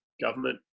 government